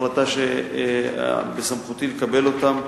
החלטה שבסמכותי לקבל אותה,